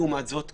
לעומת זאת,